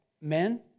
men